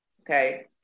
Okay